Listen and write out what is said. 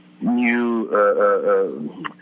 new